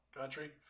Country